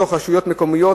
בחוק הרשויות המקומיות,